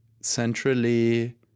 centrally